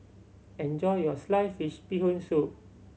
enjoy your sliced fish Bee Hoon Soup